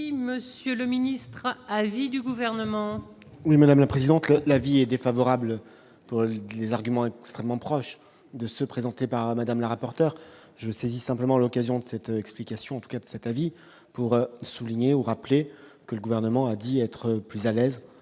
monsieur le ministre a allié du gouvernement. Oui, madame la présidente, l'avis est défavorable pour les arguments extrêmement proches de ceux présentés par Madame la rapporteur je saisis simplement l'occasion de cette explication, en tous cas de cet avis, pour souligner au rappeler que le gouvernement a dit être plus à l'aise